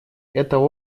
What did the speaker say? это